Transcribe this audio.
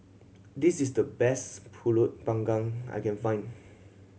this is the best Pulut Panggang I can find